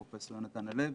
פרופ' יהונתן הלוי,